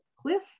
cliff